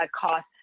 cost